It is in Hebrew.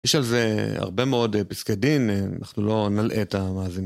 יש על זה הרבה מאוד פסקי דין, אנחנו לא נלאה את המאזינים.